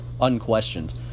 unquestioned